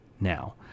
Now